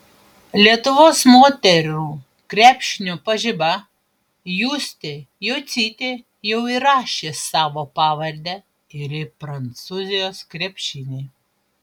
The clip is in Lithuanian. lietuvos moterų krepšinio pažiba justė jocytė jau įrašė savo pavardę ir į prancūzijos krepšinį